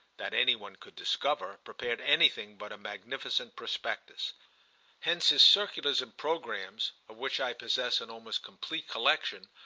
that any one could discover, prepared anything but a magnificent prospectus hence his circulars and programmes, of which i possess an almost complete collection,